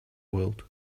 world